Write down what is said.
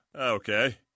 okay